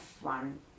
one